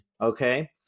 okay